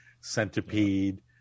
centipede